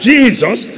Jesus